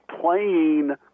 playing